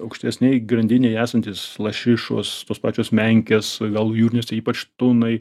aukštesnėj grandinėj esantys lašišos tos pačios menkės gal jūriniuose ypač tunai